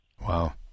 Wow